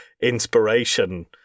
inspiration